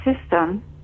system